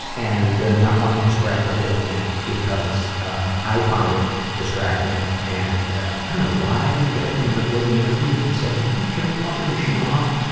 and not wanting to scrap the whole thing, because ah i found it distracting and i don't know why i didn't get up in the middle of the interview and say, hey could you turn the fucking machine off?